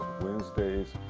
Wednesday's